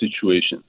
situations